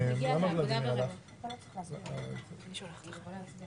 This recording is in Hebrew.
חבר הכנסת